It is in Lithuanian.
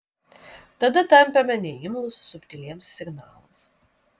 tada tampame neimlūs subtiliems signalams